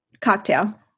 Cocktail